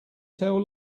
tell